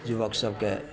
जुवक सभके